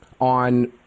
on